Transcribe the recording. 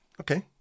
Okay